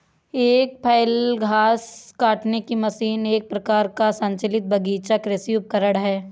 एक फ्लैल घास काटने की मशीन एक प्रकार का संचालित बगीचा कृषि उपकरण है